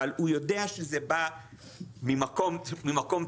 אבל הוא יודע שזה בא ממקום טוב,